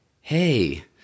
hey